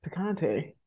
picante